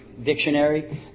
Dictionary